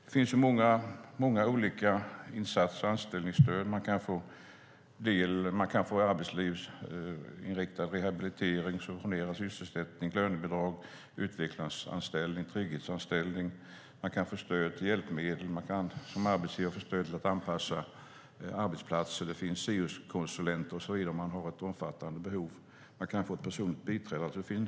Det är anställningsstöd, arbetslivsinriktad rehabilitering, subventionerad sysselsättning, lönebidrag, utvecklingsanställning, trygghetsanställning och stöd till hjälpmedel. Arbetsgivare kan få stöd till att anpassa arbetsplatser. Det finns syokonsulenter och så vidare för dem som har omfattande behov. Man kan få ett personligt biträde.